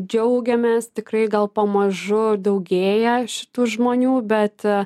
džiaugiamės tikrai gal pamažu daugėja šitų žmonių bet